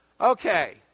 Okay